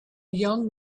young